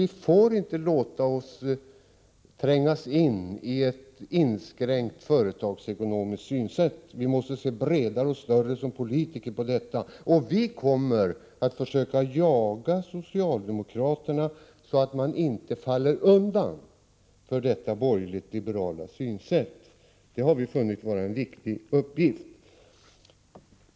Vi får inte låta oss trängas in i ett inskränkt företagsekonomiskt synsätt. Vi måste som politiker se bredare och större på detta. Vi kommer att försöka jaga socialdemokraterna så att de inte faller undan för detta borgerligt liberala synsätt. Det har vi funnit vara en viktig uppgift.